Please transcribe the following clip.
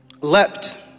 leapt